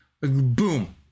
Boom